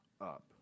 up